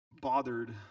bothered